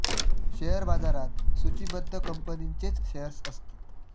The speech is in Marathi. शेअर बाजारात सुचिबद्ध कंपनींचेच शेअर्स असतत